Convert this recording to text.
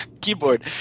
keyboard